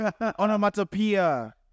Onomatopoeia